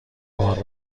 بار